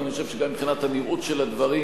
אבל אני חושב שגם מבחינת הנראות של הדברים,